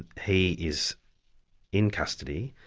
and he is in custody,